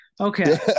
Okay